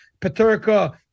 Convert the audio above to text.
Paterka